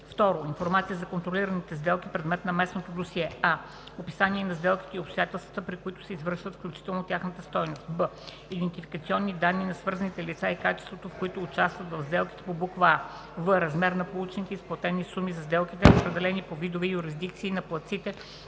2. информация за контролираните сделки – предмет на местното досие: а) описание на сделките и обстоятелствата, при които се извършват, включително тяхната стойност; б) идентификационни данни на свързаните лица и качеството, в което участват в сделките по буква „а“; в) размер на получените и изплатените суми за сделките, разпределени по видове и юрисдикции на платците